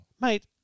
mate